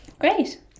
Great